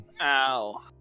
Ow